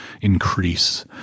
increase